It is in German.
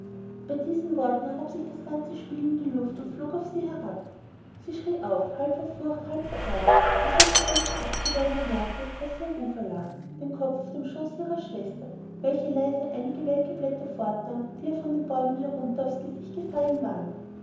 bei diesen worten erhob sich das ganze spiel in die luft und flog auf sie herab sie schrie auf halb vor furcht halb vor aerger versuchte sie sich abzuwehren und merkte daß sie am ufer lag den kopf auf dem schoße ihrer schwester welche leise einige welke blätter fortnahm die ihr von den bäumen herunter auf's gesicht gefallen waren